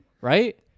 right